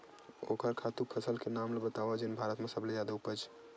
ओखर खातु फसल के नाम ला बतावव जेन भारत मा सबले जादा उपज?